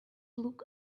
look